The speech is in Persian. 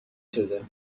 شده